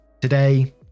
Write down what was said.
Today